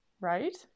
Right